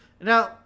now